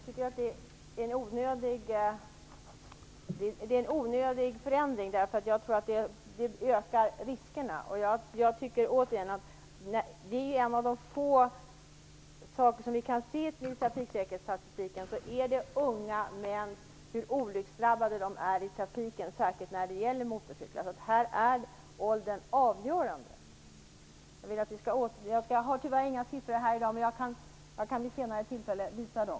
Herr talman! Jag tycker att det är en onödig förändring, därför att det ökar riskerna. Återigen är en av de få saker som vi kan se i trafiksäkerhetsstatistiken att unga män är olycksdrabbade i trafiken, särskilt när det gäller motorcyklar. Här är åldern avgörande. Jag har tyvärr inga siffror här i dag, men jag kan vid senare tillfälle visa dem.